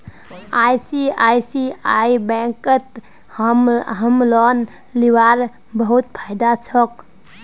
ICICI बैंकत home loan लीबार बहुत फायदा छोक